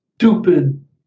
Stupid